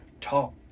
talk